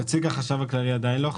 נציג החשב הכללי עדיין לא חזר,